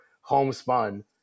homespun